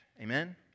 Amen